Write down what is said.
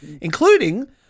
including